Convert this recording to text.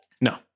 No